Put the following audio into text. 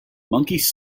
monkeys